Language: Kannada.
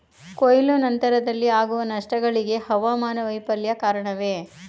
ಕೊಯ್ಲು ನಂತರದಲ್ಲಿ ಆಗುವ ನಷ್ಟಗಳಿಗೆ ಹವಾಮಾನ ವೈಫಲ್ಯ ಕಾರಣವೇ?